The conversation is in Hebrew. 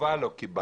תשובה לא קיבלנו.